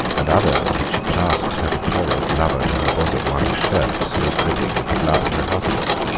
and others that she clasped her victorious lover to her bosom while his shirt was still dripping with the blood of her husband.